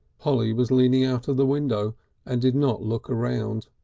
polly was leaning out of the window and did not look around.